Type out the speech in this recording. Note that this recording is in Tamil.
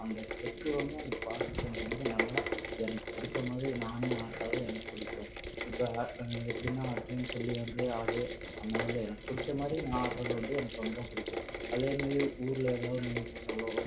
அந்த ஸ்டெப்பு வந்து அந்த பாட்டுக்கு தகுந்த மாதிரி நல்லா எனக்கு பிடிச்ச மாதிரி நானே ஆட் அதாவது எனக்கு பிடிக்கும் இப்போ எப்படின்னா அப்படின் சொல்லி வந்து ஆடி அந்த மாதிரி எனக்கு பிடிச்ச மாதிரி நான் ஆடுறது வந்து எனக்கு ரொம்ப பிடிக்கும் அதே மாதிரி ஊரில் ஏதாவது போட்டாலோ